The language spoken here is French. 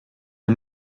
des